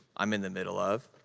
i'm in the middle of,